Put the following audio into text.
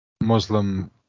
Muslim